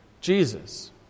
Jesus